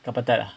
kat mana ah